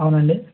అవునండి